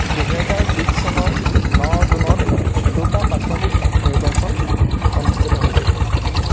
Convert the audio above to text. দুহেজাৰ বিছ চনৰ ন জুনত দুটা প্ৰাথমিক নিৰ্বাচন অনুষ্ঠিত হৈছিল